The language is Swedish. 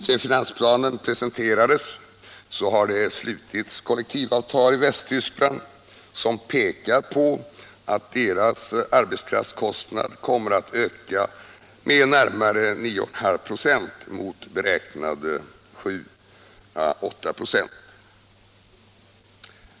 Sedan finansplanen presenterades har det slutits kollektivavtal i Västtyskland som pekar på att deras arbetskraftskostnad kommer att öka med närmare 9,5 96 mot beräknade 7 å 8 96.